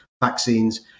vaccines